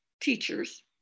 teachers